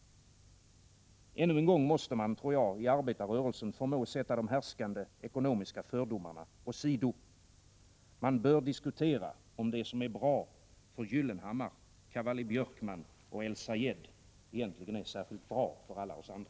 Ännu en gång måste man, tror jag, i arbetarrörelsen förmå sätta de härskande ekonomiska fördomarna åsido. Man bör diskutera om det som är bra för Gyllenhammar, Cavalli-Björkman och el-Sayed egentligen är särskilt bra för alla oss andra.